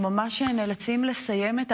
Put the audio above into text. מאות אלפי גילויים מרגשים,